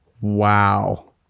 Wow